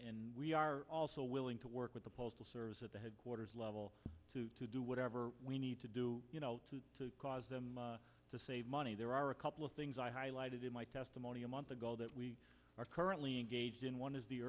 and we are also willing to work with the postal service at the headquarters level to do whatever we need to do to cause them to save money there are a couple of things i highlighted in my testimony a month ago that we are currently engaged in one is the